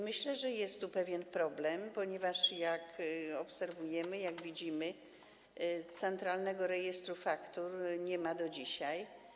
Myślę, że jest tu pewien problem, ponieważ jak obserwujemy, jak widzimy, Centralnego Rejestru Faktur nie ma do dzisiaj.